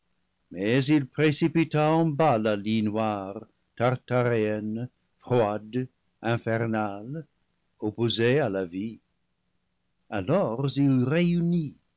mais il précipita en bas la lie noire tartaréenne froide infernale opposée à la vie alors il réunit